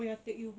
oh ya take you